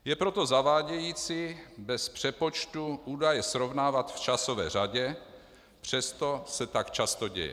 Je proto zavádějící bez přepočtu údaje srovnávat v časové řadě, přesto se tak často děje.